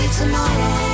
tomorrow